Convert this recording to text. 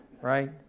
Right